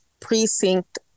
Precinct